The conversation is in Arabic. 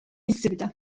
الزبدة